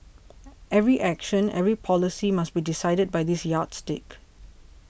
every action every policy must be decided by this yardstick